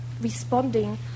responding